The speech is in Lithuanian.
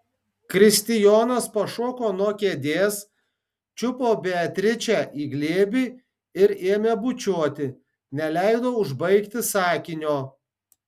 kristijonas pašoko nuo kėdės čiupo beatričę į glėbį ir ėmė bučiuoti neleido užbaigti sakinio